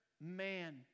man